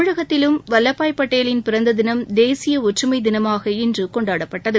தமிழகத்திலும் வல்லபாய் பட்டேலின் பிறந்த தினம் தேசிய ஒற்றுமை தினமாக இன்று கொண்டாடப்பட்டது